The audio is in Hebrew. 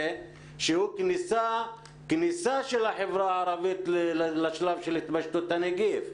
שהוא כניסה של החברה הערבית לשלב של התפשטות הנגיף.